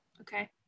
Okay